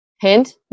Hint